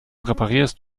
reparierst